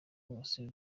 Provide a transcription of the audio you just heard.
hose